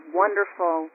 wonderful